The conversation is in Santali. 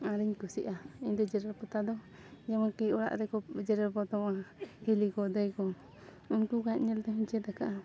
ᱟᱹᱨᱤᱧ ᱠᱩᱥᱤᱜᱼᱟ ᱤᱧ ᱫᱚ ᱡᱮᱨᱮᱲ ᱯᱚᱛᱟᱣ ᱫᱚ ᱡᱮᱢᱚᱱ ᱠᱤ ᱚᱲᱟᱜ ᱨᱮᱠᱚ ᱡᱮᱨᱮᱲ ᱯᱚᱛᱟᱣᱟ ᱦᱤᱞᱤ ᱠᱚ ᱫᱟᱹᱭ ᱠᱚ ᱩᱱᱠᱩᱠᱚᱣᱟᱜ ᱧᱮᱞ ᱛᱮᱦᱚᱧ ᱪᱮᱫ ᱠᱟᱜᱼᱟ